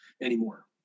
anymore